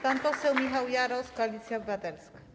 Pan poseł Michał Jaros, Koalicja Obywatelska.